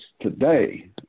today